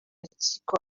rukiko